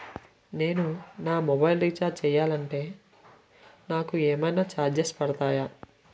నేను నా mobile recharge చేయాలంటే నాకు ఏమైనా చార్జెస్ పడతాయా?